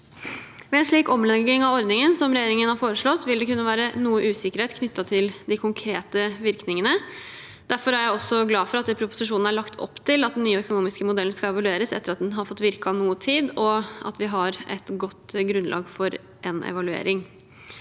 Med en slik omlegging av ordningen som regjeringen har foreslått, vil det kunne være noe usikkerhet knyttet til de konkrete virkningene. Derfor er jeg også glad for at det i proposisjonen er lagt opp til at den nye økonomiske modellen skal evalueres etter at den har fått virke noe tid, og vi har et godt grunnlag for en evaluering.